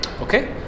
Okay